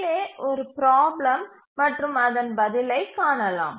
கீழே ஒரு சிக்கல் மற்றும் அதன் பதிலை காணலாம்